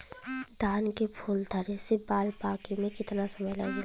धान के फूल धरे से बाल पाके में कितना समय लागेला?